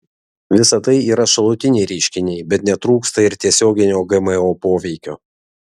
visa tai yra šalutiniai reiškiniai bet netrūksta ir tiesioginio gmo poveikio